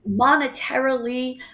monetarily